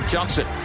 Johnson